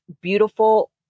beautiful